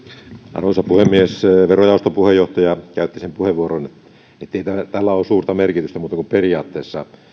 arvoisa puhemies verojaoston puheenjohtaja käytti sen puheenvuoron että ei tällä ole suurta merkitystä muuten kuin periaatteessa